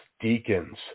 deacons